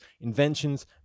inventions